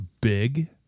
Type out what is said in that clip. big